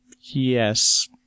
Yes